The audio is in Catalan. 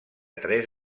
tres